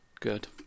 good